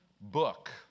book